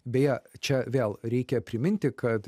beje čia vėl reikia priminti kad